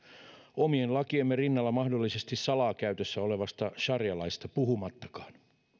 omien lakiemme rinnalla mahdollisesti salaa käytössä olevasta sarialaista puhumattakaan